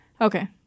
Okay